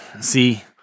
see